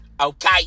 okay